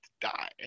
die